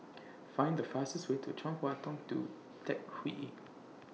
Find The fastest Way to Chong Hua Tong Tou Teck Hwee